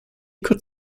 could